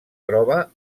troba